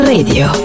Radio